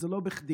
וזה לא בכדי.